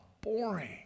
boring